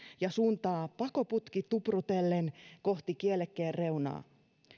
ja suuntaa pakoputki tuprutellen kohti kielekkeen reunaa